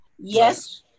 Yes